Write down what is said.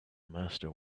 master